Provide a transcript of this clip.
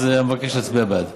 אז אני מבקש להצביע בעד.